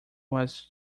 was